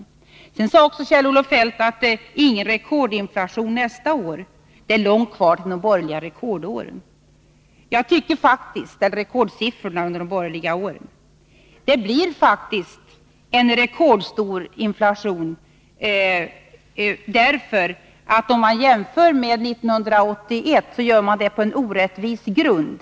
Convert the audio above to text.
Kjell-Olof Feldt sade också att det inte blir någon rekordinflation nästa år och att det är långt kvar till de borgerliga rekordsiffrorna. Jag hävdar att det kommer att bli en rekordstor inflation nästa år. När socialdemokraterna jämför med inflationen år 1981, så gör man nämligen det på en orättvis grund.